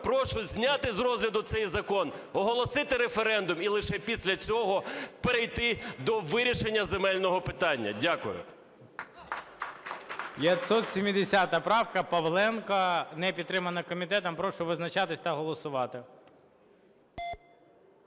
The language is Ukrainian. прошу зняти з розгляду цей закон, оголосити референдум і лише після цього перейти до вирішення земельного питання. Дякую.